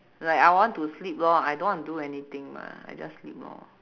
like I want to sleep lor I don't want to do anything mah I just sleep lor